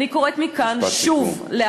אני קוראת מכאן שוב, משפט סיכום.